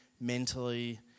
mentally